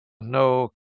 no